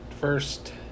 First